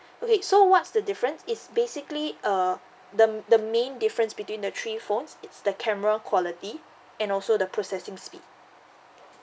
okay so what's the difference it's basically uh the the main difference between the three phones it's the camera quality and also the processing speed